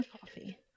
coffee